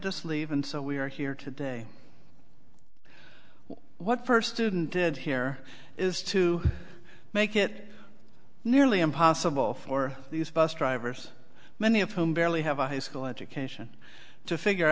granted us leave and so we are here today what first student did here is to make it nearly impossible for these bus drivers many of whom barely have a high school education to figure